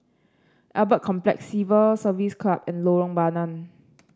Albert Complex Civil Service Club and Lorong Bandang